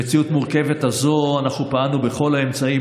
במציאות המורכבת הזאת אנחנו פעלנו בכל האמצעים